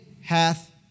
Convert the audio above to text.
hath